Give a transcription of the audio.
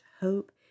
hope